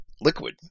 liquid